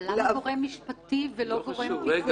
אבל למה גורם משפטי ולא גורם פיקודי?